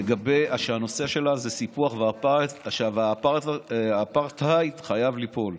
שהנושא שלה זה שהסיפוח והאפרטהייד חייבים ליפול.